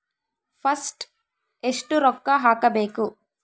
First ಎಷ್ಟು ರೊಕ್ಕ ಹಾಕಬೇಕು?